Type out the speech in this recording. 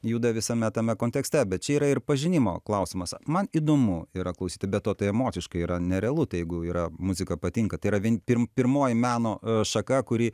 juda visame tame kontekste bet čia yra ir pažinimo klausimas man įdomu yra klausyti be to tai emociškai yra nerealu tai jeigu yra muzika patinka tai yra vien pirm pirmoji meno šaka kuri